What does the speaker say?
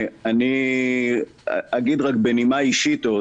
אני אגיד רק בנימה אישית עוד,